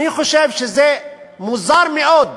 אני חושב שזה מוזר מאוד